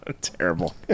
Terrible